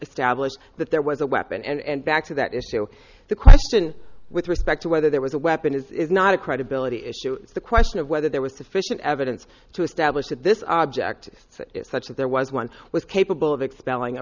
established that there was a weapon and back to that issue the question with respect to whether there was a weapon is not a credibility issue the question of whether there was sufficient evidence to establish that this object such as there was one was capable of expelling